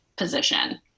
Position